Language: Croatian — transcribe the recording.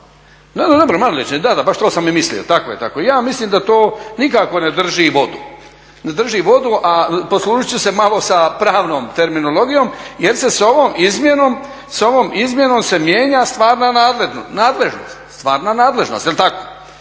Da, da maloljetnički baš to sam i mislio, tako je. Ja mislim da to nikako ne drži vodu, a poslužit ću se malo sa pravnom terminologijom jer se s ovom izmjenom mijenja stvarna nadležnost jel' tako.